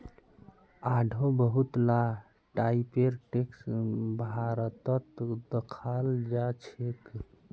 आढ़ो बहुत ला टाइपेर टैक्स भारतत दखाल जाछेक